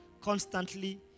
constantly